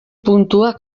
puntua